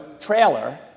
trailer